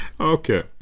Okay